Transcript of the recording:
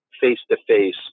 face-to-face